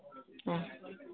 नहि